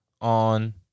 on